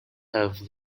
have